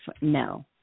no